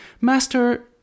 Master